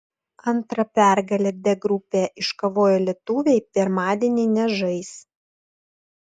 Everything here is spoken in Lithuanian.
antra pergalę d grupėje iškovoję lietuviai pirmadienį nežais